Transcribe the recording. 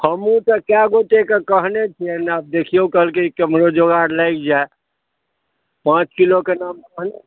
हमहूँ तऽ कए गोटएके कहने छियनि आब देखियौ कहलकै केम्हरो जोगाड़ लागि जाय पाँच किलोके नाम कहने छियै